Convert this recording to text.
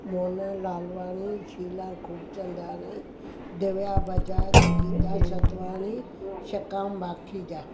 मोहन लालवाणी शीला खूबचंदाणी दिव्या बजाज गीता छतवाणी छकाम माखीजा